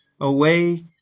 away